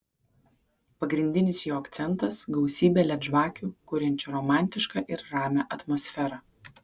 pagrindinis jo akcentas gausybė led žvakių kuriančių romantišką ir ramią atmosferą